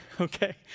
okay